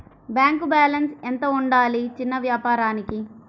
Bank balance ఎంత ఉండాలి చిన్న వ్యాపారానికి?